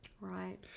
Right